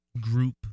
group